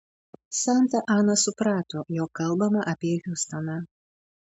santa ana suprato jog kalbama apie hiustoną